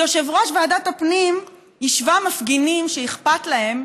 יושב-ראש ועדת הפנים השווה מפגינים שאכפת להם,